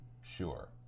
Sure